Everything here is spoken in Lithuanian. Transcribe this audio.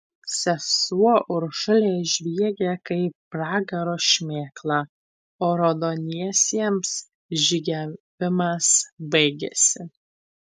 sesuo uršulė žviegė kaip pragaro šmėkla o raudoniesiems žygiavimas baigėsi